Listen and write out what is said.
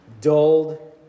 dulled